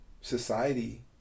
society